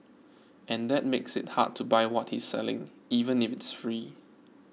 and that makes it hard to buy what he's selling even if it's free